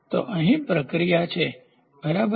તો અહીં પ્રક્રિયા છે બરાબર